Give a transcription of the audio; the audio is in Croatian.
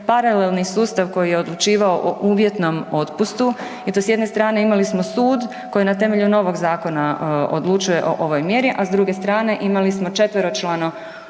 paralelni sustav koji je odlučivao o uvjetnom otpustu i to s jedne strane imali smo sud koji na temelju novog zakona odlučuje o ovoj mjeri, a s druge strane imali smo četveročlano